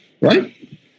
Right